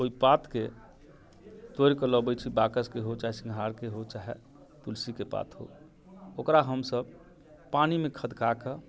ओइ पातके तोड़िके लबै छी बाकसके होइ चाहे सिङ्घारके होत चाहे तुलसीके पात हो ओकरा हमसब पानिमे खदकाके